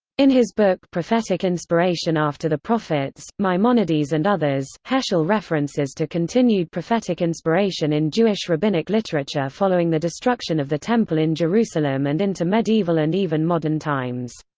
in his book prophetic inspiration after the prophets maimonides and others, heschel references to continued prophetic inspiration in jewish rabbinic literature following the destruction of the temple in jerusalem and into medieval and even modern times.